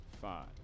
Five